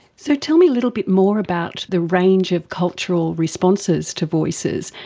so tell me a little bit more about the range of cultural responses to voices.